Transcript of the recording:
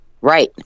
Right